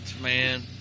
man